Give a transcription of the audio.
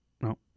No